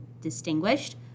distinguished